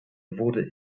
wurde